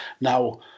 Now